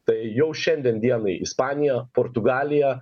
tai jau šiandien dienai ispanija portugalija